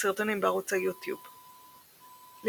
סרטונים בערוץ היוטיוב LinkedIn,